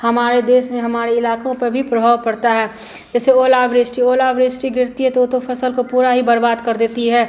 हमारे देश में हमारे इलाकों पर भी प्रभाव पड़ता है जैसे ओलावृष्टि ओलावृष्टि गिरती है तो वह तो फ़सल को पूरा ही बर्बाद कर देती है